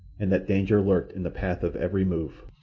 and that danger lurked in the path of every move.